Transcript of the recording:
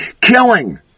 killing